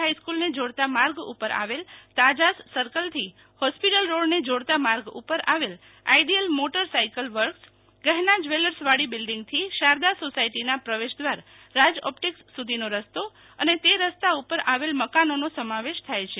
હાઈસ્કુલને જોડતા માર્ગ ઉપર આવેલ તાજાસ સર્કલ થી હોસ્પિટલ રોડને જોડતા માર્ગ ઉપર આવેલ આઈડિયલ મોટર સાઈકલ વર્કસગફના જવેલર્સવાળી બિલ્ડીંગથી શારદા સોસાયટીના પ્રવેશદ્રાર રાજ ઓપ્ટિક્સ સુ ધીનો રસ્તો અને તે રસ્તા ઉપર આવેલ મકાનોનો સમાવેશ થાય છે